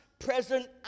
present